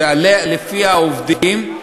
שלפיה עובדים,